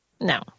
No